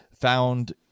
found